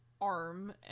arm